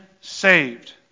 saved